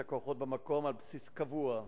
את הכוחות במקום על בסיס קבוע.